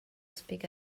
speak